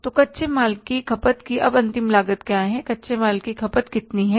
तो कच्चे माल की खपत की अब अंतिम लागत क्या है कच्चे माल की खपत कितनी है